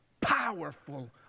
Powerful